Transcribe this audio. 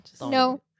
no